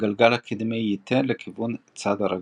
הגלגל הקדמי ייטה לכיוון צד הרגלית.